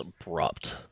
abrupt